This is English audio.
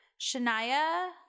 Shania